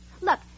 Look